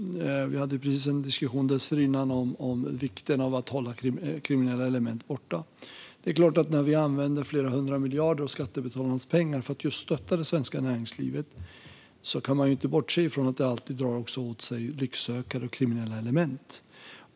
Vi hade precis nyss en diskussion om vikten av att hålla kriminella element borta. När vi använder flera hundra miljarder av skattebetalarnas pengar för att stötta det svenska näringslivet kan man inte bortse från att det också drar till sig lycksökare och kriminella element.